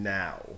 now